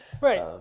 Right